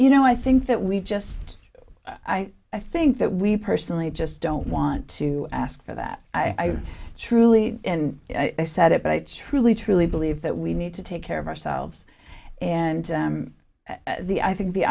you know i think that we just i i think that we personally just don't want to ask for that i truly and i said it but i truly truly believe that we need to take care of ourselves and the i think the